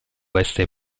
veste